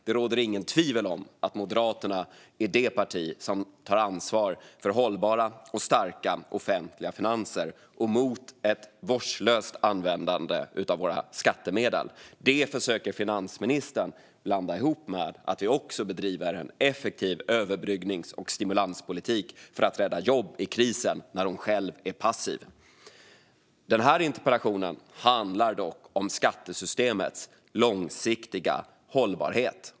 Det råder inget tvivel om att Moderaterna är det parti som tar ansvar för hållbara och starka offentliga finanser och tar ställning mot ett vårdslöst användande av våra skattemedel. Det försöker finansministern blanda ihop med att vi också bedriver en effektiv överbryggnings och stimulanspolitik för att rädda jobb i krisen när hon själv är passiv. Den här interpellationen handlar dock om skattesystemets långsiktiga hållbarhet.